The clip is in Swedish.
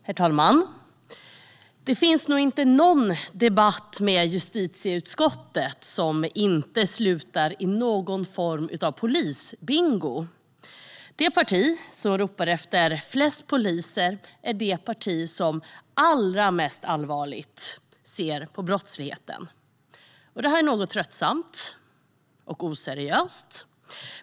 Herr talman! Det finns nog inte någon debatt med justitieutskottet som inte slutar i någon form av polisbingo. Det parti som ropar efter flest poliser är det parti som ser allra mest allvarligt på brottsligheten. Det är något tröttsamt och oseriöst.